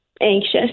anxious